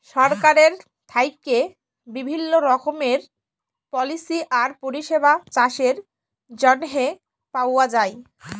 সরকারের থ্যাইকে বিভিল্ল্য রকমের পলিসি আর পরিষেবা চাষের জ্যনহে পাউয়া যায়